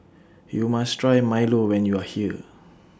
YOU must Try Milo when YOU Are here